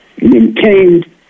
maintained